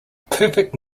perfect